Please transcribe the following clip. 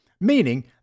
meaning